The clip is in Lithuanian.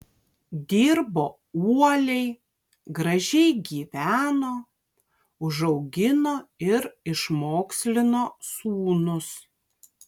dirbo uoliai gražiai gyveno užaugino ir išmokslino sūnus